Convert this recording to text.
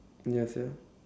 yes ya